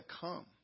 come